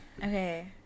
Okay